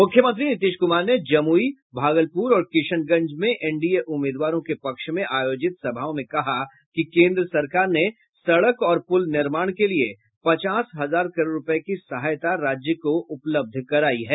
मुख्यमंत्री नीतीश कुमार ने जमुई भागलपुर और किशनगंज में एनडीए उम्मीदवारों के पक्ष में आयोजित सभाओं में कहा कि केन्द्र सरकार ने सड़क और पुल निर्माण के लिए पचास हजार करोड़ रूपये की सहायता राज्य को उपलब्ध करायी है